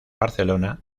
barcelona